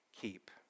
keep